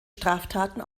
straftaten